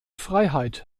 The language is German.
freiheit